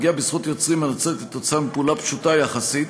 הפגיעה בזכות יוצרים הנוצרת עקב פעולה פשוטה יחסית